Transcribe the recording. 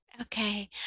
Okay